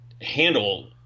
handle